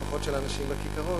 לפחות של אנשים בכיכרות,